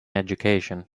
education